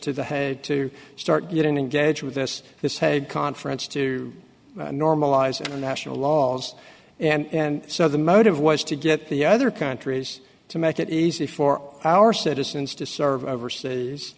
to the had to start getting engaged with this this had conference to normalize international laws and so the motive was to get the other countries to make it easy for our citizens to serve overseas